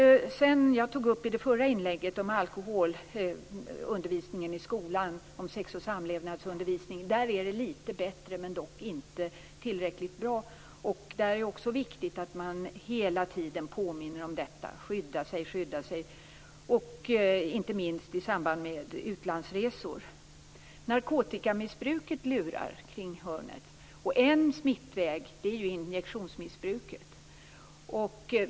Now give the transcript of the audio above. I det förra inlägget om alkohol tog jag upp undervisningen om sex och samlevnad i skolan. Där är det litet bättre, men dock inte tillräckligt bra. Det är också viktigt att vi hela tiden påminner om att man skall skydda sig, inte minst i samband med utlandsresor. Narkotikamissbruket lurar kring hörnet. En smittväg är injektionsmissbruket.